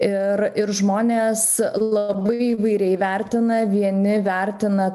ir ir žmonės labai įvairiai vertina vieni vertina